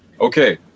okay